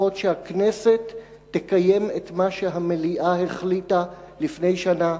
לפחות שהכנסת תקיים את מה שהמליאה החליטה לפני שנה,